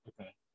Okay